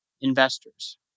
investors